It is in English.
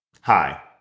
Hi